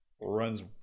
runs